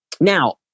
Now